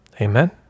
Amen